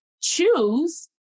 choose